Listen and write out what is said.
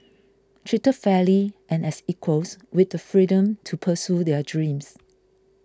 treated fairly and as equals with the freedom to pursue their dreams